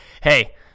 hey